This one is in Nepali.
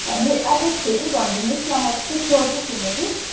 हजुर एड्रेस फेरि भनिदिनुहोस् न म त्यति स्योर चाहिँ छुइनँ कि